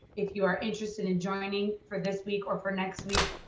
if you are interested in joining for this week or for next week,